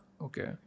Okay